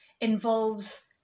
involves